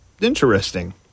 interesting